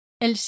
El